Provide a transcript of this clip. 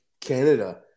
Canada